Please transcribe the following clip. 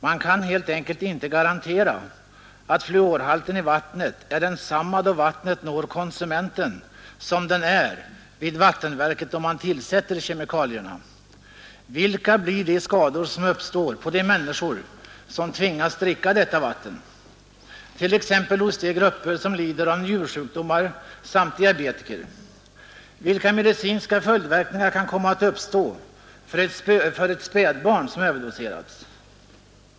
Man kan helt enkelt inte garantera att fluorhalten i vattnet är densamma då vattnet når konsumenten som den är vid vattenverket då man tillsätter kemikalierna. Vilka blir de skador som uppstår på människor som tvingas dricka detta vatten — t.ex. hos de grupper som lider av njursjukdomar samt diabetiker? Vilka medicinska följdverkningar kan komma att uppstå för ett spädbarn som överdoserats?